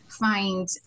find